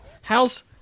How's